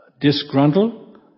disgruntled